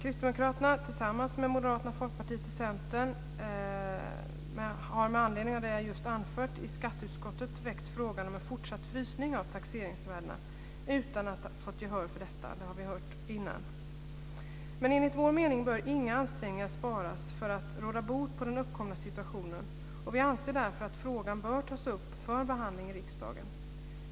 Kristdemokraterna tillsammans med Moderaterna, Folkpartiet och Centern har med anledning av det jag just anfört i skatteutskottet väckt frågan om en fortsatt frysning av taxeringsvärdena utan att ha fått gehör för detta. Det har vi hört tidigare. Men enligt vår mening bör inga ansträngningar sparas för att råda bot på den uppkomna situationen. Vi anser därför att frågan bör tas upp för behandling i riksdagen.